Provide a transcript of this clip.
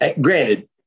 granted